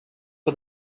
for